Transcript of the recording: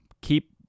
keep